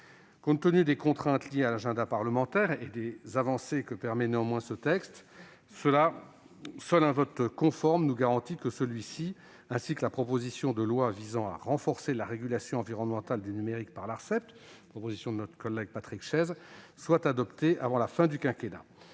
Compte tenu des contraintes liées à l'agenda parlementaire et des avancées qu'il permet néanmoins, seul un vote conforme nous garantit que ce texte, ainsi que la proposition de loi visant à renforcer la régulation environnementale du numérique par l'Arcep, de notre collègue Patrick Chaize, soit adopté avant la fin du quinquennat.